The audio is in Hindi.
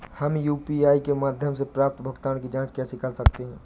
हम यू.पी.आई के माध्यम से प्राप्त भुगतान की जॉंच कैसे कर सकते हैं?